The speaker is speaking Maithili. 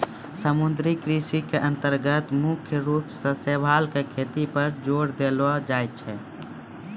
समुद्री कृषि के अन्तर्गत मुख्य रूप सॅ शैवाल के खेती पर जोर देलो जाय छै